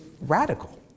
radical